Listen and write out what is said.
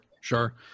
sure